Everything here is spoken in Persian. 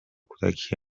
کودکی